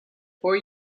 four